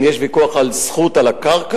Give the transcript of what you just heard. אם יש ויכוח על זכות על הקרקע,